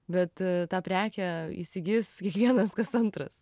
bet tą prekę įsigis kiekvienas kas antras